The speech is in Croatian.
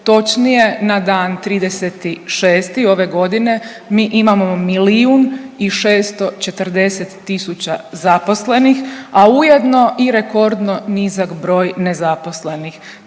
točnije, na dan 30.6. ove godine mi imamo 1 640 000 zaposlenih, a ujedno i rekordno nizak broj nezaposlenih.